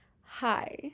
Hi